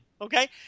Okay